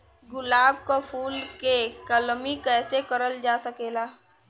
गुलाब क फूल के कलमी कैसे करल जा सकेला?